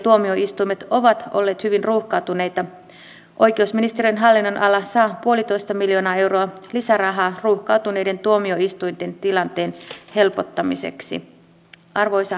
valiokunta korostaa että tullin valvontaresurssien riittävyydestä on huolehdittava myös muun laittoman tuonnin kuten tupakan lääkkeiden ja huumeiden osalta